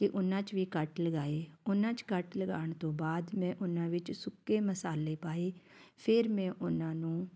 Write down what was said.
ਕਿ ਉਨ੍ਹਾਂ 'ਚ ਵੀ ਕੱਟ ਲਗਾਏ ਉਨ੍ਹਾਂ 'ਚ ਕੱਟ ਲਗਾਉਣ ਤੋਂ ਬਾਅਦ ਮੈਂ ਉਹਨਾਂ ਵਿੱਚ ਸੁੱਕੇ ਮਸਾਲੇ ਪਾਏ ਫਿਰ ਮੈਂ ਉਨ੍ਹਾਂ ਨੂੰ